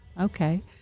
Okay